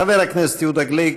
חבר הכנסת יהודה גליק,